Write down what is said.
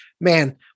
Man